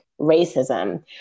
racism